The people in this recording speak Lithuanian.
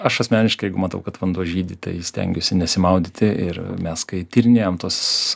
aš asmeniškai jeigu matau kad vanduo žydi tai stengiuosi nesimaudyti ir mes kai tyrinėjam tuos